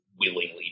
willingly